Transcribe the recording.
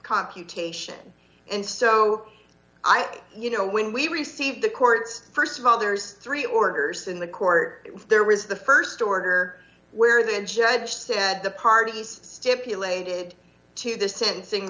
computation and so i ask you know when we received the court's st of all there's three orders in the court there was the st order where the judge said the parties stipulated to the sentencing